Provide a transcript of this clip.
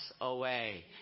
away